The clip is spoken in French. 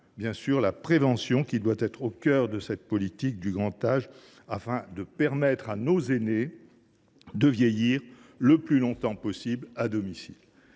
bien sûr, la prévention, qui doit être au cœur de la politique du grand âge, afin de permettre à nos aînés de vieillir le plus longtemps possible à domicile